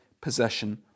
possession